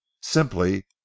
simply